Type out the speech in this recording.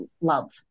love